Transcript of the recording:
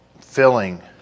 filling